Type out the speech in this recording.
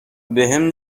بهم